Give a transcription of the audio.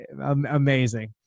amazing